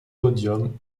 podium